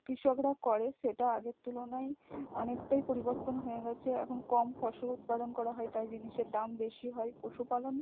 কৃষকরা করে সেটা আগের তুলনায় অনেকটাই পরিবর্তন হয়ে গিয়েছে এখন কম ফসল উৎপাদন করা হয় তাই জিনিসের দাম বেশি হয় পশুপালন